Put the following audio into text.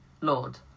Lord